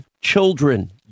children